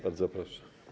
Bardzo proszę.